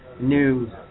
news